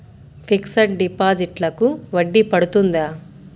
Fixed డిపాజిట్లకు వడ్డీ పడుతుందా?